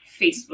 Facebook